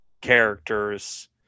characters